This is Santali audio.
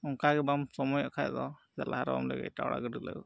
ᱚᱱᱠᱟ ᱜᱮ ᱵᱟᱢ ᱥᱚᱢᱚᱭᱚᱜ ᱠᱷᱟᱡ ᱫᱚ ᱪᱮᱫᱟᱜ ᱞᱟᱦᱟ ᱨᱮᱫᱚ ᱵᱟᱢ ᱞᱟᱹᱭᱟ ᱮᱴᱟᱜ ᱦᱚᱲᱟᱜ ᱜᱟᱹᱰᱤ ᱞᱮ ᱟᱹᱜᱩ ᱠᱮᱭᱟ